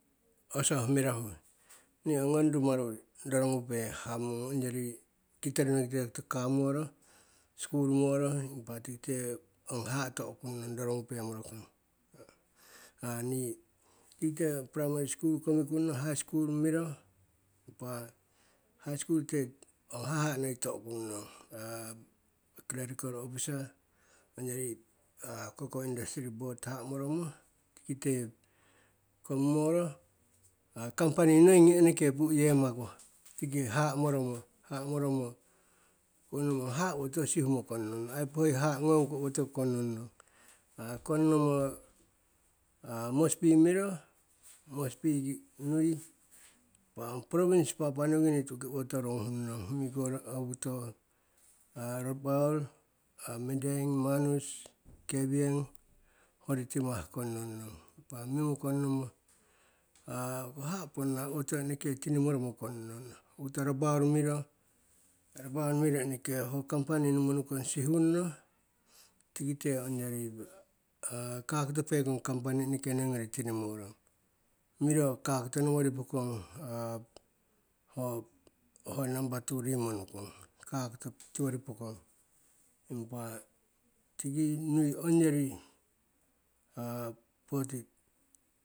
Oso mirahu ni ho ngong rumaru rorogupe hamung, ongyori kitorinokite kamoro, skul moro impa tikite ong haha'a to'okung nong rorogupe morokong. ni tikite primary skul komikung nno, high skul miro, impa high skul kite ong haha'a noi to'okung nong, clerical ofisa ong yori, cocoa indastri bod haha'a moromo. Tikite komimoro, kampani noi ngi inoke pu'uyemaku tiki haha'a moromo, haha'a moromo, konnomo haha'a owotiyo sihumo konnong nong. Ai hoi haha'a ngongku owotiyo konnong nong. konnomo mosbi miro, mosbi ki nui impa ong provins papua niu gini ki tu'uki owotiwo roguhunnong. rabaul, madang, manus, kavieng, hoyori timah konnong nong, impa mimo konnomo, haha'a pongna owotiyo inoke tinimoro mo konnong nong. Owokoto rabaul miro, rabaul miro inoke ho kampani numonukong sihunno, tikite ongyori kakoto pekong kampani inoke noigori tinimorong. Miro kakoto nowori pokong namba tu rimonukong, kakoto tiwori pokong, impa ongyori.